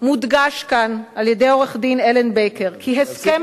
ומודגש כאן על-ידי עורך-דין אלן בייקר כי "הסכם